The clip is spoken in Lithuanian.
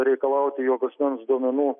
reikalauti jog asmens duomenų